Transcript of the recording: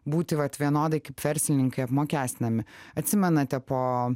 būti vat vienodai kaip verslininkai apmokestinami atsimenate po